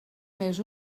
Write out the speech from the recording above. més